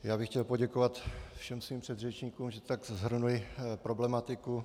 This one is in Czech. Já bych chtěl poděkovat všem svým předřečníkům, že tak shrnuli problematiku.